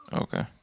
Okay